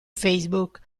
facebook